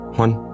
one